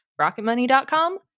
Rocketmoney.com